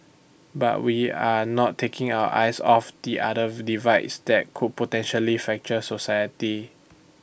but we are not taking our eyes off the other divides that could potentially fracture society